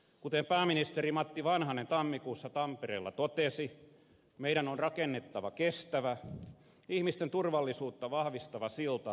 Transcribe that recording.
kuten pääministeri matti vanhanen tammikuussa tampereella totesi meidän on rakennettava kestävä ihmisten turvallisuutta vahvistava silta taantuman ylitse